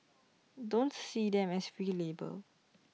don't see them as free labour